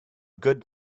good